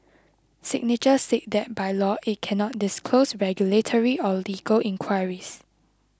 signature said that by law it cannot disclose regulatory or legal inquiries